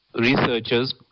researchers